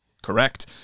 Correct